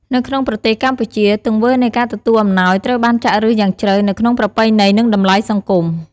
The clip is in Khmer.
នៅក្នុងប្រទេសកម្ពុជា ទង្វើនៃការទទួលអំណោយត្រូវបានចាក់ឫសយ៉ាងជ្រៅនៅក្នុងប្រពៃណី និងតម្លៃសង្គម។